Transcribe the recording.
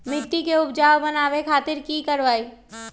मिट्टी के उपजाऊ बनावे खातिर की करवाई?